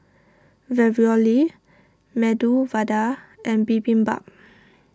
Ravioli Medu Vada and Bibimbap